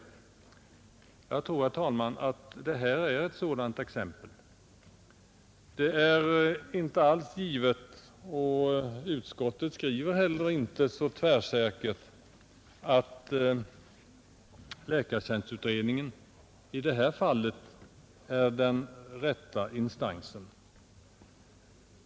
Jag tror, herr talman, att det här är ett sådant exempel. Det är inte alls givet — och utskottet skriver inte heller så tvärsäkert — att läkartjänstutredningen i det här fallet är den rätta instansen.